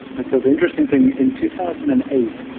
and so the interesting thing in two thousand and eight,